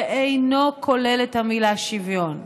שאינו כולל את המילה "שוויון",